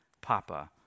papa